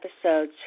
episode